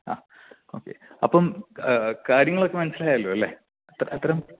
ആ ഓക്കേ അപ്പം കാര്യങ്ങളൊക്കെ മനസ്സിലായല്ലോ അല്ലേ അത്രയും